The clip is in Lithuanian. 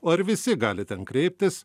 o ar visi gali ten kreiptis